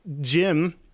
jim